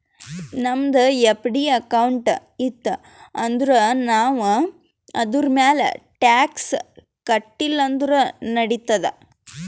ನಮ್ದು FD account ಇತ್ತು ಅಂದುರ್ ನಾವ್ ಅದುರ್ಮ್ಯಾಲ್ ಟ್ಯಾಕ್ಸ್ ಕಟ್ಟಿಲ ಅಂದುರ್ ನಡಿತ್ತಾದ್